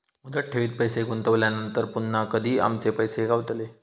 मुदत ठेवीत पैसे गुंतवल्यानंतर पुन्हा कधी आमचे पैसे गावतले?